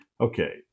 Okay